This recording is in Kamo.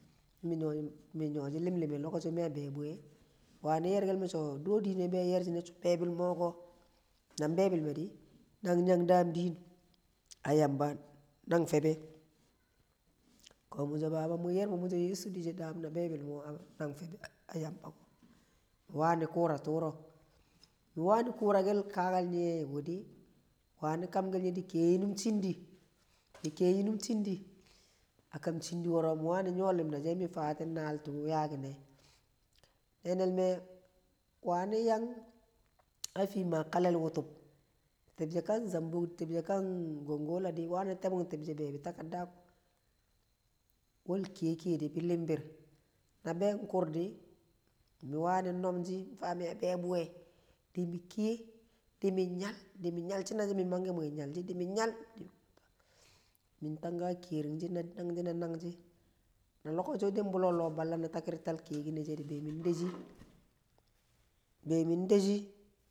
Tu̱ mi̱ nyo̱ shi̱ li̱mli̱m e̱ lokoci mi̱ a be̱bu̱ ye̱ wani̱ ye̱rke̱l me̱ so̱ du̱ro̱ di̱ ne̱ be̱ ye̱r shi̱ ne̱ so̱ nang be̱bi̱le̱ me̱ di nyi yan daam din a yamba nang fe̱be̱. Ko mi̱ so̱ Baba mung yebu mu̱so̱ yesu di shi daam na be̱bi̱le̱ mo̱ a yamba. Mi̱ wani̱ kura ke̱l tu̱ro̱ mi wani̱ ku̱ra kakal nye̱ wu̱di̱ wani̱ kamke̱l nye di ki̱ye̱ nyi nu̱m chudi̱ di ki̱ye̱ nynum chi̱ndi̱ a kamne chindi̱ wo̱r mi wani nyo̱ li̱ma she mi wani nyo̱ lima she̱ mo fatin nal tu̱ yakal me̱ce̱ ne̱nl me̱ wani̱̱ yang a ti kale̱l wutub tibshe ke a zambuk ti̱bshe̱ ka a gongola di̱ wani̱ tebung ti̱bshe̱ takardako̱, wal ki̱ye̱ kiyede be li̱mbi̱r na be̱ ku̱r di̱ mi̱ wani̱ nomshi dimi ki̱ye̱ fa me̱ be̱ bu̱ye̱ di mi ki̱ye̱ di̱mi̱ nyal dimi nyal shine she mi manke mwi nyal shi, na nanshị na nanshi̱ na di̱n bu̱lo̱ loo balla na taki̱rtar ke̱ki̱n ne̱ she̱ di̱ be̱ mi̱n de̱shi̱